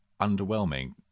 underwhelming